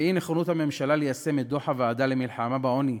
ואי-נכונות הממשלה ליישם את דוח הוועדה למלחמה בעוני,